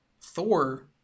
Thor